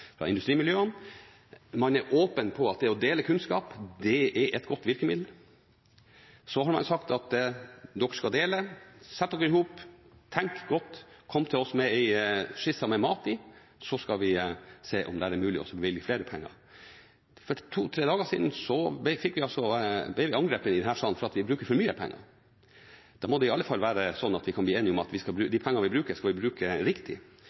industrimiljøene. Man er åpen om at å dele kunnskap er et godt virkemiddel. Man har sagt at man skal dele, sette seg sammen, tenke godt og så komme med en skisse med mat i – så skal vi se om det er mulig å bevilge mer penger. For to–tre dager siden ble vi angrepet i denne salen for at vi bruker for mye penger. Da må det være mulig å bli enige om at de pengene vi bruker, skal vi bruke riktig. Jeg tror det er stor enighet om hvordan det offentlige skal